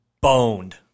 boned